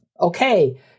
okay